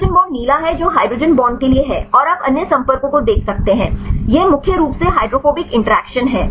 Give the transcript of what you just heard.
hydrogen bond नीला है जो हाइड्रोजन बॉन्ड के लिए है और आप अन्य संपर्कों को देख सकते हैं यह मुख्य रूप से हाइड्रोफोबिक इंटरैक्शन है